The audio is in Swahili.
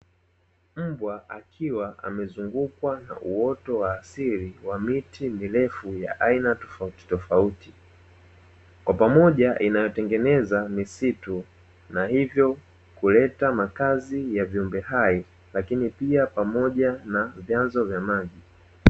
Mbwa akiwa amezungukwa na uoto wa asili wa miti mirefu ya aina tofauti tofauti, kwa pamoja inayotengeneza misitu na hivyo kuleta makazi ya viumbe hai lakini pia pamoja na vyanzo vya maji.